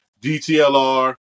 DTLR